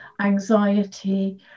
anxiety